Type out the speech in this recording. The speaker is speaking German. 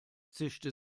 zischte